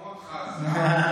לפחות הן לוחמות חזק מאוד.